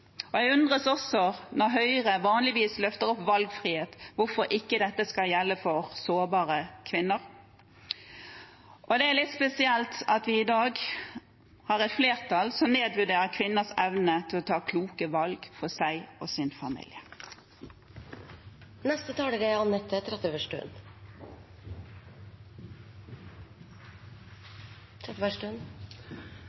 likestillingen. Jeg undres også over, siden Høyre vanligvis løfter fram valgfrihet, hvorfor ikke dette skal gjelde for sårbare kvinner. Det er litt spesielt at vi i dag har et flertall som nedvurderer kvinners evne til å ta kloke valg for seg og sin